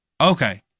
Okay